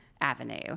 Avenue